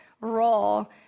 role